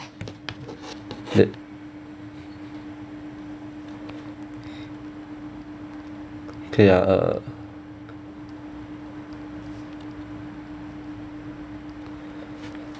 they okay ah uh